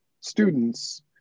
students